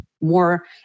more